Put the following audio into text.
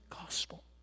gospel